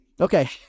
Okay